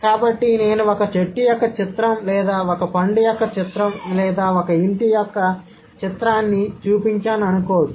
కాబట్టి నేను ఒక చెట్టు యొక్క చిత్రం లేదా ఒక పండు యొక్క చిత్రం లేదా ఒక ఇంటి చిత్రాన్ని అనుకోవచ్చు